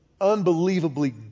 unbelievably